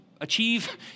achieve